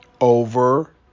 over